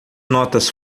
notas